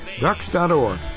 ducks.org